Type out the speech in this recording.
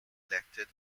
elected